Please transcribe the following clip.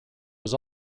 was